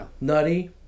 nutty